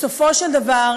בסופו של דבר,